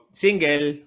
single